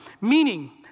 meaning